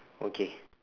okay